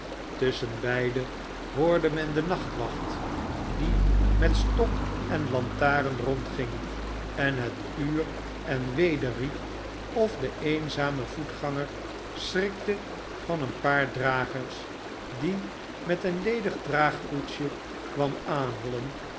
tusschenbeide hoorde men de nachtwacht die met stok en lantaren rondgmg en het uur en weder riep of de eenzame voetganser schnkte van een paar dragers die met een ledig draagkoetsje kwamen aanhollen